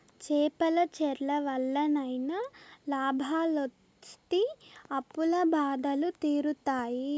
చేపల చెర్ల వల్లనైనా లాభాలొస్తి అప్పుల బాధలు తీరుతాయి